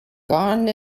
gone